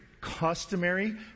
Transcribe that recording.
customary